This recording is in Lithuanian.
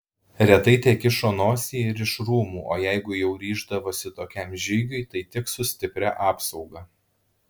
retai tekišo nosį ir iš rūmų o jeigu jau ryždavosi tokiam žygiui tai tik su stipria apsauga